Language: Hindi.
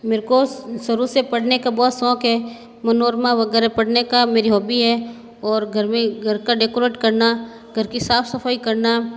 मेरे को शुरू से पढ़ने का बहुत शौक़ है मनोरमा वगैरह पढ़ने का मेरी हॉबी है और घर में घर का डेकोरेट करना घर की साफ सफाई करना